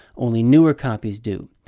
only newer copies do.